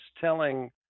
telling